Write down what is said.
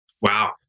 Wow